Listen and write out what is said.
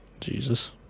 Jesus